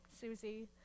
Susie